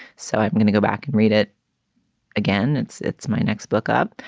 so i'm going to go back and read it again. it's it's my next book up.